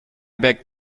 beg